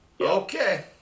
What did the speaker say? Okay